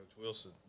Wilson